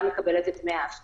לחל"ת ומקבלת את דמי האבטלה.